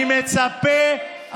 אני מצפה,